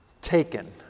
taken